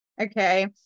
Okay